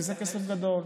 כי זה כסף גדול,